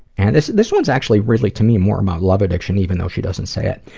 and this this one's actually really to me more about love addiction, even though she doesn't say it.